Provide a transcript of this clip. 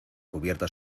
cubierta